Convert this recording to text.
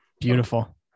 beautiful